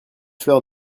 fleurs